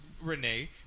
Renee